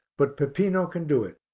but peppino can do it.